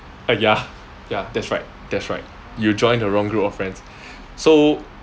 ah ya ya that's right that's right you join the wrong group of friends so